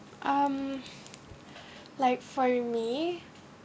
um like for me